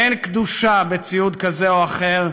אין קדושה בציוד כזה או אחר,